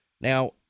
Now